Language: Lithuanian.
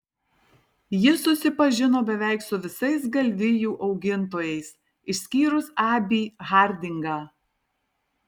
ji susipažino beveik su visais galvijų augintojais išskyrus abį hardingą